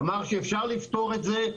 אמר שאפשר לפתור את זה,